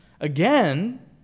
again